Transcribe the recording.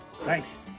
Thanks